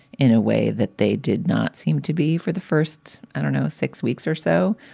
in a way that they did not seem to be for the first. i don't know, six weeks or so.